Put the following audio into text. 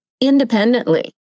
independently